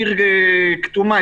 עיר כתומה,